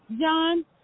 John